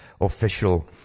official